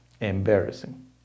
Embarrassing